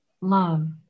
Love